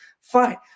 Fine